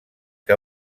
que